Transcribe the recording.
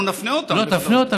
אנחנו נפנה אותם.